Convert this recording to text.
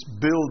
build